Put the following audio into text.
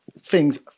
Thing's